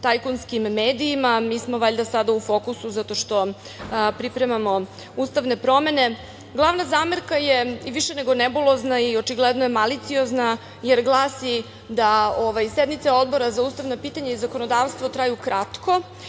tajkunskim medijima, mi smo valjda sada u fokusu zato što pripremamo ustavne promene. Glavna zamerka, više nego nebulozna i očigledno je maliciozna, glasi da sednice Odbora za ustavna pitanja i zakonodavstvo traju kratko